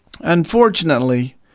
Unfortunately